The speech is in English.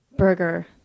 burger